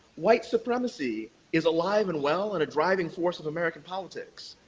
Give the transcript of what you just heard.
white supremacy is alive and well and a driving force of american politics.